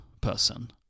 person